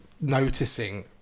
noticing